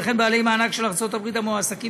וכן בעלי מענק של ארצות הברית המועסקים